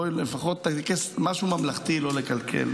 בואי לפחות משהו ממלכתי לא לקלקל.